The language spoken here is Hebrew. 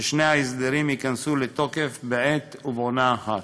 ששני ההסדרים ייכנסו לתוקף בעת ובעונה אחת.